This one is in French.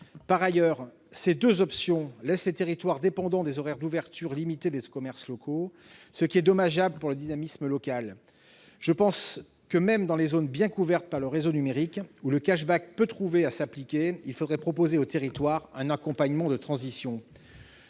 Par ailleurs, ces deux options laissent les territoires dépendants des horaires d'ouverture limités des commerces locaux, ce qui est dommageable pour le dynamisme local. Je pense que, même dans les zones bien couvertes par le réseau numérique, où le peut trouver à s'appliquer, il faudrait proposer aux territoires un accompagnement de transition.